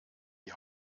die